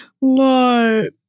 Lord